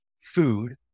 food